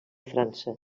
frança